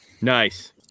Nice